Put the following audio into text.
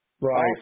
Right